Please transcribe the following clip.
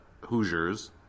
Hoosiers